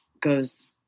goes